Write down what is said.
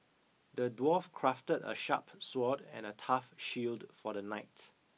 the dwarf crafted a sharp sword and a tough shield for the knight